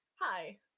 hi